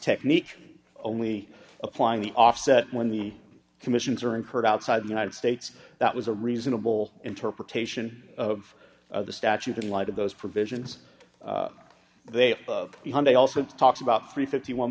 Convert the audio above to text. technique only applying the offset when the commissions are incurred outside the united states that was a reasonable interpretation of the statute in light of those provisions they hyundai also talks about three fifty one